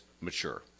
mature